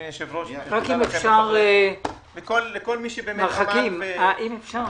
אדוני היושב-ראש ולכל מי --- מר חכים, אם אפשר